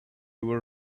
were